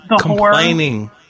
complaining